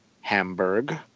Hamburg